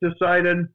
decided